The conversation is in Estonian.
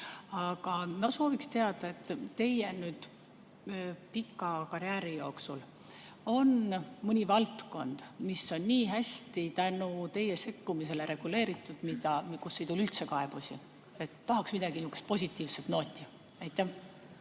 Aga ma sooviksin teada, kas teie pika karjääri jooksul on mõni valdkond, mis on nii hästi tänu teie sekkumisele reguleeritud, kust ei tule üldse kaebusi. Tahaks nihukest positiivset nooti. Aitäh,